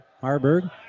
Harburg